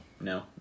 No